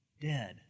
dead